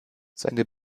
seine